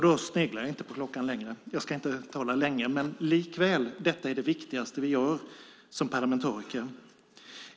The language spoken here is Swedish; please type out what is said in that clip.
Det är det viktigaste vi gör som parlamentariker. Och då sneglar jag inte längre på klockan.